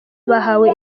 bahawe